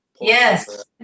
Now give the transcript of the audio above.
Yes